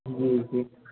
जी जी